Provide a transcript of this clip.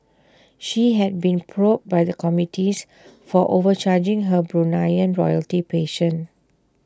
she had been probed by the committees for overcharging her Bruneian royalty patient